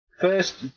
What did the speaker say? First